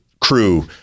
crew